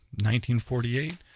1948